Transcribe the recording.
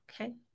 okay